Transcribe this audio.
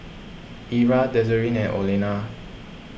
Ira Desiree and Olena